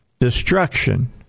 destruction